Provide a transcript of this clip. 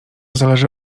zależy